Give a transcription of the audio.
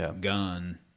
gun